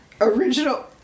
Original